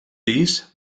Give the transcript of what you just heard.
dies